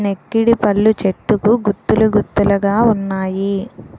నెక్కిడిపళ్ళు చెట్టుకు గుత్తులు గుత్తులు గావున్నాయి